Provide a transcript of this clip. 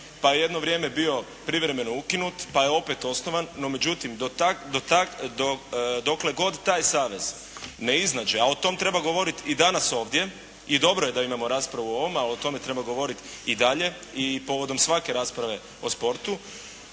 pa je jedno vrijeme bio privremeno ukinut, pa je opet osnovan. No međutim, dokle god taj savez ne iznađe, a tome treba govoriti i danas ovdje i dobro je da imamo raspravu o ovome, ali o tome treba govoriti i dalje i povodom svake rasprave o sportu,